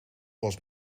was